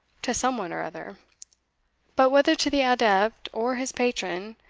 to some one or other but whether to the adept or his patron,